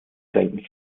senden